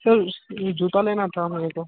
sir जूता लेना था मेरे को